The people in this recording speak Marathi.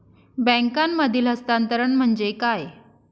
बँकांमधील हस्तांतरण म्हणजे काय?